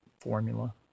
formula